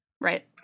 Right